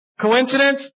Coincidence